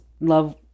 love